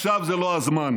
עכשיו זה לא הזמן.